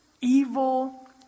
evil